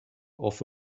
off